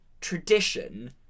tradition